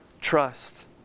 Trust